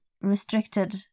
restricted